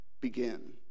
begin